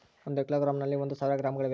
ಒಂದು ಕಿಲೋಗ್ರಾಂ ನಲ್ಲಿ ಒಂದು ಸಾವಿರ ಗ್ರಾಂಗಳಿವೆ